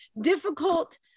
difficult